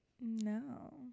no